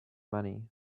money